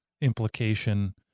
implication